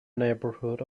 neighborhood